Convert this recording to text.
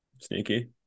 Sneaky